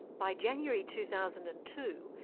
by january two thousand and two,